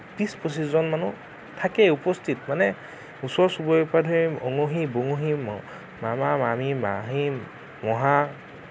বিশ পঁচিশজন মানুহ থাকেই উপস্থিত মানে ওচৰ চুবুৰীয়াৰ পৰা ধৰি অঙহী বঙহী মামা মামী মাহী মহা